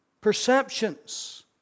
perceptions